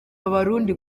abarundi